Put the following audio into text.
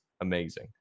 amazing